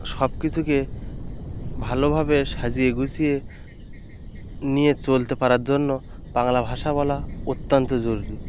সব কিছুকে ভালোভাবে সাজিয়ে গুছিয়ে নিয়ে চলতে পারার জন্য বাংলা ভাষা বলা অত্যান্ত জরুরি